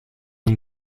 and